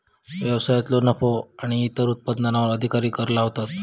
व्यवसायांतलो नफो आणि इतर उत्पन्नावर अधिकारी कर लावतात